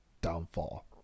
downfall